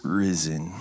risen